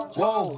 whoa